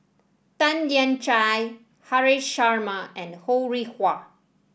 Tan Lian Chye Haresh Sharma and Ho Rih Hwa